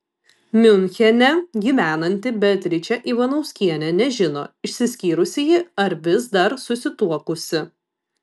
miunchene gyvenanti beatričė ivanauskienė nežino išsiskyrusi ji ar vis dar susituokusi